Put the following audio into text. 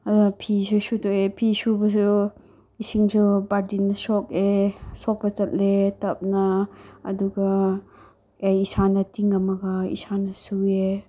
ꯑꯗꯨꯒ ꯐꯤꯁꯨ ꯁꯨꯗꯣꯛꯑꯦ ꯐꯤ ꯁꯨꯕꯁꯨ ꯏꯁꯤꯡꯁꯨ ꯕꯥꯜꯇꯤꯟꯗ ꯁꯣꯛꯑꯦ ꯁꯣꯛꯞ ꯆꯠꯂꯦ ꯇꯞꯅ ꯑꯗꯨꯒ ꯑꯩ ꯏꯁꯥꯅ ꯇꯤꯡꯉꯝꯃꯒ ꯑꯩ ꯏꯁꯥꯅ ꯁꯨꯏꯑꯦ